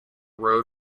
road